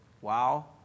Wow